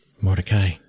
Mordecai